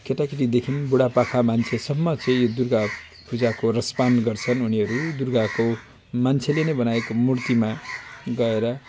केटाकेटीदेखि बुढापाका मान्छेसम्म चाहिँ यो दुर्गा पूजाको रसपान गर्छन् उनीहरू दुर्गाको मान्छेले नै बनाएको मूर्तिमा गएर